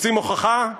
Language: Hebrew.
רוצים הוכחה?